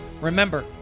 Remember